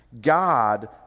God